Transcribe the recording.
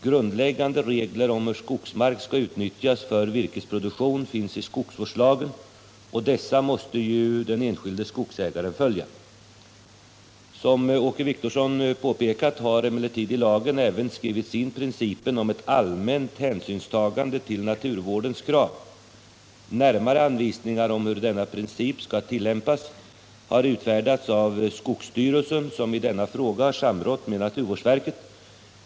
Grundläggande regler om hur skogsmark skall utnyttjas för virkesproduktion finns i skogsvårdslagen, och dessa måste ju den enskilde skogsägaren följa. Såsom Åke Wictorsson påpekat har emellertid i lagen även skrivits in principen om ett allmänt hänsynstagande till naturvårdens krav. Närmare anvisningar om hur denna princip skall tillämpas har utfärdats av skogsstyrelsen som i denna fråga har samrått med naturvårdsverket.